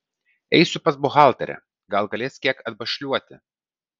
eisiu pas buhalterę gal galės kiek atbašliuoti